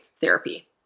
therapy